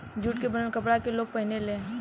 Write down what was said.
jute के बनल कपड़ा के लोग पहिने ले